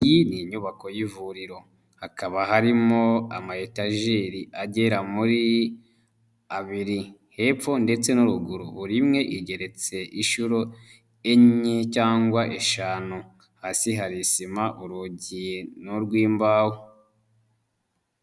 Iyi ni nyubako y'ivuriro hakaba harimo amayetajeri agera muri abiri, hepfo ndetse no ruguru buri imwe igeretse inshuro enye cyangwa eshanu, hasi hari sima, urugi ni urw'imbaho.